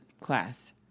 class